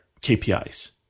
KPIs